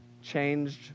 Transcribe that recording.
changed